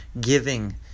giving